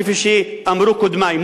כפי שאמרו קודמי,